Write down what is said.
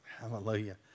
Hallelujah